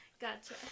Gotcha